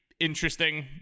Interesting